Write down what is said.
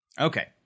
Okay